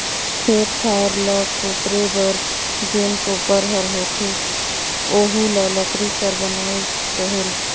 खेत खायर ल कोपरे बर जेन कोपर हर होथे ओहू हर लकरी कर बनल रहेल